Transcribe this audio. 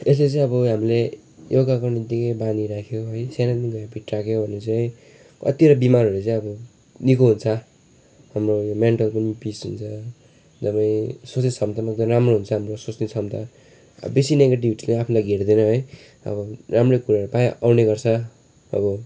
यसले चाहिँ अब हामीले योगा गर्नुदेखि बानी राख्यो है सानैदेखि हेबिट राख्यो भने चाहिँ कतिवटा बिमारहरू चाहिँ अब निको हुन्छ हाम्रो मेन्टल पनि पिस हुन्छ हामी सोच्ने क्षमता पनि राम्रो हुन्छ हाम्रो सोच्ने क्षमता बेसी नेगेटिभिटीले आफूलाई घेर्दैन है अब राम्रै कुराहरू प्रायः आउने गर्छ अब